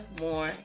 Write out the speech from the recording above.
more